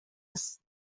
است